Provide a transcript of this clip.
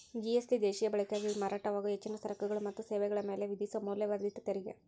GST ದೇಶೇಯ ಬಳಕೆಗಾಗಿ ಮಾರಾಟವಾಗೊ ಹೆಚ್ಚಿನ ಸರಕುಗಳ ಮತ್ತ ಸೇವೆಗಳ ಮ್ಯಾಲೆ ವಿಧಿಸೊ ಮೌಲ್ಯವರ್ಧಿತ ತೆರಿಗಿ